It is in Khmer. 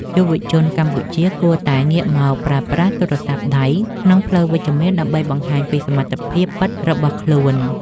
យុវជនកម្ពុជាគួរតែងាកមកប្រើប្រាស់ទូរស័ព្ទដៃក្នុងផ្លូវវិជ្ជមានដើម្បីបង្ហាញពីសមត្ថភាពពិតរបស់ខ្លួន។